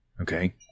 okay